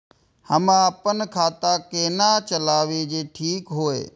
हम अपन खाता केना चलाबी जे ठीक होय?